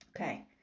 Okay